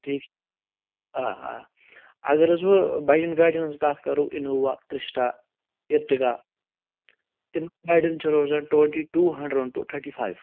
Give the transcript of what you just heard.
ٹھیٖک آ آ اَگر حظ وۅنۍ بَجَن گاڑٮ۪ن ہٕنٛز کَتھ کرو اِنووا کرٛشٹا اِرتقا تِمَن گاڑٮ۪ن چھُ روزان twenty two hundred thirty five